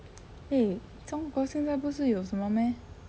eh 中国现在不是有什么 meh